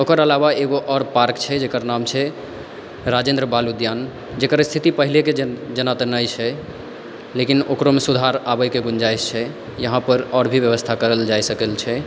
ओकर अलावा एगो आओर पार्क छै जकर नाम छै राजेन्द्र बाल उद्यान जकर स्थिति पहिलेके जेना तऽ नहि छै लेकिन ओकरोमे सुधार आबैके गुन्जाइश छै यहाँपर आओर भी बेबस्था करल जाइ सकल छै